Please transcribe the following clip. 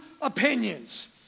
opinions